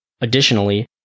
Additionally